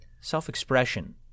self-expression